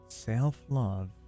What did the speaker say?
Self-love